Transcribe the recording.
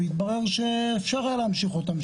והתברר שאפשר היה להמשיך אותן,